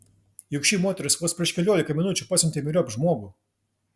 juk ši moteris vos prieš keliolika minučių pasiuntė myriop žmogų